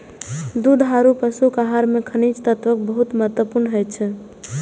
दुधारू पशुक आहार मे खनिज तत्वक बहुत महत्व होइ छै